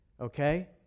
Okay